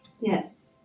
Yes